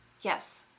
yes